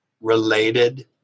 related